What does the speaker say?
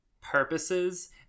purposes